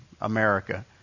America